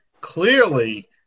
clearly